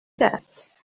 that